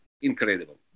incredible